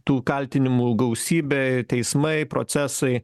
tų kaltinimų gausybė teismai procesai